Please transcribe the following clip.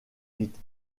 vite